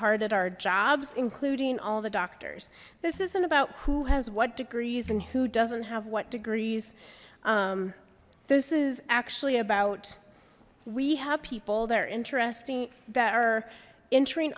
hard at our jobs including all the doctors this isn't about who has what degrees and who doesn't have what degrees this is actually about we have people that are interesting that are entering